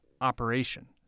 operation